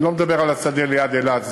אני לא מדבר על השדה ליד אילת,